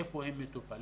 איפה הם מטופלים.